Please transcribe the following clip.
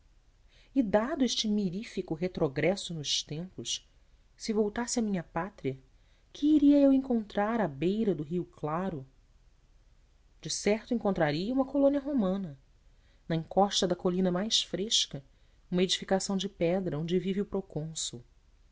e dado este mirífico retrogresso nos tempos se voltasse à minha pátria que iria eu encontrar à beira do rio claro decerto encontraria uma colônia romana na encosta da colina mais fresca uma edificação de pedra onde vive o procônsul ao